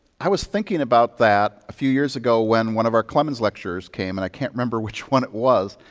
i was thinking about that a few years ago when one of our clemens lecturers came, and i can't remember which one it was.